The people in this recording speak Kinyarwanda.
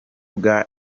bwa